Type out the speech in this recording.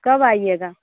कब आइएगा